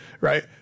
Right